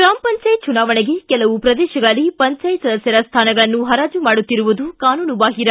ಗ್ರಾಮ ಪಂಚಾಯತ್ ಚುನಾವಣೆಗೆ ಕೆಲವು ಪ್ರದೇಶಗಳಲ್ಲಿ ಪಂಚಾಯತ್ ಸದಸ್ಕರ ಸ್ಥಾನಗಳನ್ನು ಹರಾಜು ಮಾಡುತ್ತಿರುವುದು ಕಾನೂನು ಬಾಹಿರ